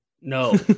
no